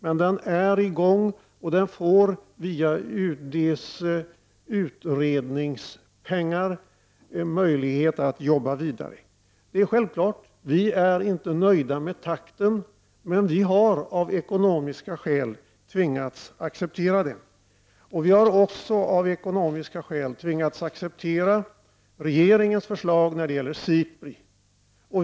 Men den är i gång, och den får via UD pengar till utredningar och möjlighet att arbeta vidare. Självfallet är vi inte nöjda med takten i arbetet, men vi har av ekonomiska skäl tvingats att acceptera den. Vi har också av ekonomiska skäl tvingats acceptera regeringens förslag när det gäller SIPRI.